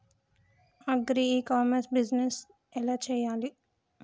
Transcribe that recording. Agri e commerce business ఎలా చెయ్యాలి?